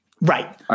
right